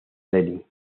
delhi